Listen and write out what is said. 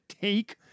take